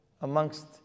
amongst